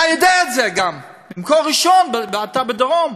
אתה יודע את זה גם, ממקור ראשון, אתה בדרום.